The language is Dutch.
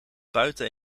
buiten